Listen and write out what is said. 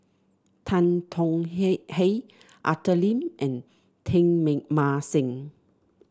Tan Tong Hye Arthur Lim and Teng Mah Seng